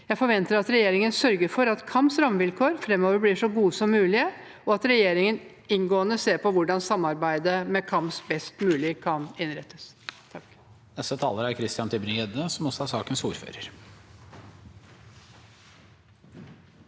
Jeg forventer at regjeringen sørger for at KAMS’ rammevilkår framover blir så gode som mulig, og at regjeringen inngående ser på hvordan samarbeidet med KAMS best mulig kan innrettes.